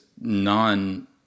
non